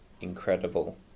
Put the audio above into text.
incredible